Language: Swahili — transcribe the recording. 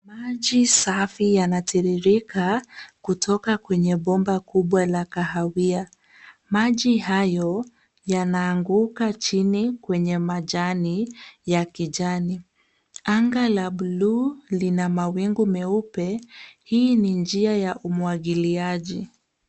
Maji safi yanatiririka kutoka kwenye bomba kubwa la kahawia. Maji hayo yanaanguka chini kwenye majani ya kijani. Anga la bluu lina mawingu meupe. Hii ni njia ya umwagiliaji.